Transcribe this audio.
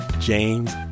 James